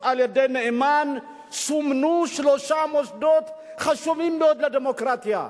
על-ידי נאמן סומנו שלושה מוסדות חשובים מאוד לדמוקרטיה: